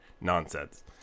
nonsense